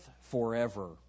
forever